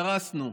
קרסנו.